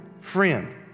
friend